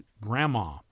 grandma